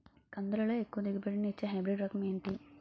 కందుల లో ఎక్కువ దిగుబడి ని ఇచ్చే హైబ్రిడ్ రకం ఏంటి?